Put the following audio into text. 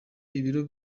ibiro